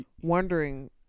wondering